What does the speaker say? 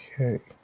Okay